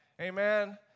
Amen